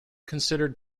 considered